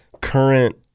current